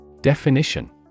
Definition